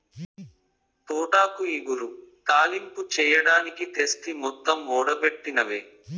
తోటాకు ఇగురు, తాలింపు చెయ్యడానికి తెస్తి మొత్తం ఓడబెట్టినవే